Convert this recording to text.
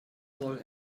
soll